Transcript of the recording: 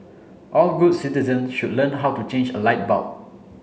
all good citizen should learn how to change a light bulb